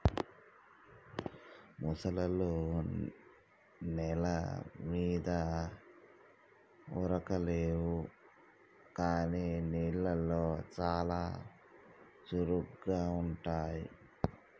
ముసల్లో నెల మీద ఉరకలేవు కానీ నీళ్లలో చాలా చురుగ్గా ఉంటాయి